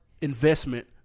investment